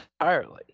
entirely